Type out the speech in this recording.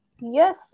Yes